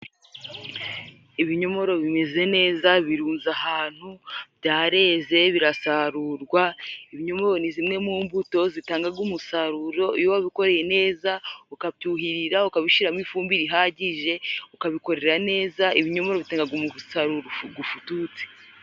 Ibinyomoro bimeze neza birunze ahantu, byareze birasarurwa. Ibinyomiro ni zimwe mu mbuto zitanga umusaruro iyo wabikoreye neza, ukabyuhirira, ukabishyiramo ifumbire ihagije, ukabikorera neza. Ibinyomoro bitanga umusaruro ufututse.